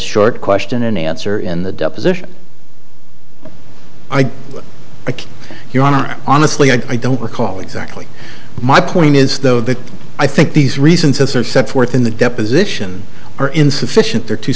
short question and answer in the deposition i like your honor honestly i don't recall exactly my point is though that i think these reasons are set forth in the deposition are insufficient they're too